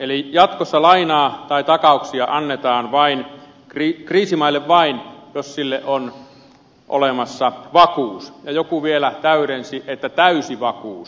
eli jatkossa lainaa tai takauksia annetaan kriisimaille vain jos niille on olemassa vakuus ja joku vielä täydensi että täysi vakuus